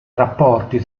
rapporti